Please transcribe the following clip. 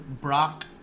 Brock